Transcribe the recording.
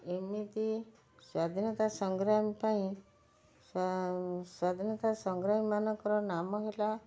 ଏମିତି ସ୍ୱାଧୀନତା ସଂଗ୍ରାମ ପାଇଁ ସ୍ୱାଧୀନତା ସଂଗ୍ରାମମାନଙ୍କ ର ନାମ ହେଲା